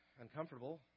uncomfortable